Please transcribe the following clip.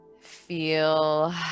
Feel